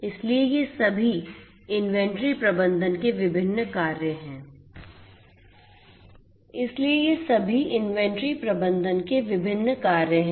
इसलिए ये सभी इन्वेंट्री प्रबंधन के विभिन्न कार्य हैं